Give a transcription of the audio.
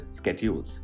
schedules